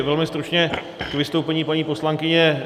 Velmi stručně k vystoupení paní poslankyně.